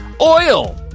Oil